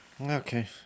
Okay